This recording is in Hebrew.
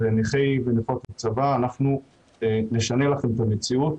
שהם נכי ונכות הצבא אנחנו נשנה לכם את המציאות,